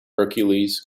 hercules